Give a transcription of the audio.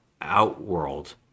outworld